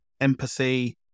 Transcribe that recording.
empathy